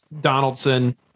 Donaldson